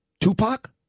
Tupac